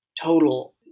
total